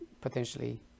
potentially